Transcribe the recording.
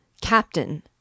Captain